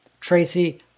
Tracy